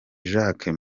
jacques